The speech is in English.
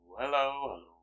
hello